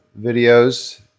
videos